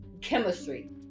chemistry